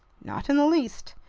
not in the least.